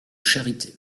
charité